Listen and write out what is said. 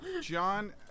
john